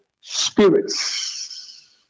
spirits